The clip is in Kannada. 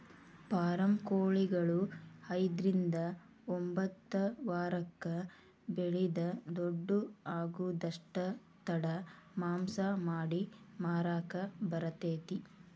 ಫಾರಂ ಕೊಳಿಗಳು ಐದ್ರಿಂದ ಒಂಬತ್ತ ವಾರಕ್ಕ ಬೆಳಿದ ದೊಡ್ಡು ಆಗುದಷ್ಟ ತಡ ಮಾಂಸ ಮಾಡಿ ಮಾರಾಕ ಬರತೇತಿ